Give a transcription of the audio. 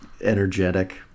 energetic